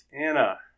Anna